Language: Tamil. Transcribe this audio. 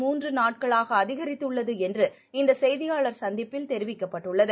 மூன்று நாட்களாக அதிகித்துள்ளது என்று இந்த செய்தியாளர் சந்திப்பில் தெரிவிக்கப்பட்டது